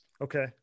Okay